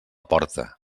porta